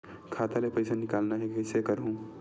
खाता ले पईसा निकालना हे, कइसे करहूं?